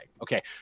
Okay